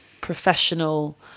professional